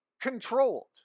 controlled